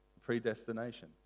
predestination